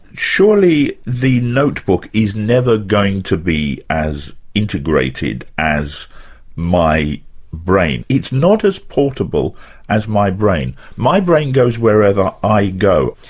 surely the notebook is never going to be as integrated as my brain? it's not as portable as my brain. my brain goes wherever i go.